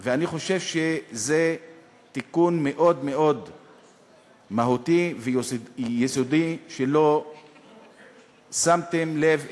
ואני חושב שזה תיקון מאוד מאוד מהותי ויסודי שלא שמתם לב אליו.